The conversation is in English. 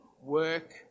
work